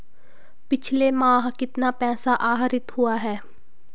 पिछले माह कितना पैसा आहरित हुआ है?